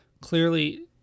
clearly